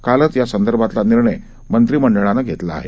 कालच या संदर्भातला निर्णय मंत्रिमंडळानं घेतला आहे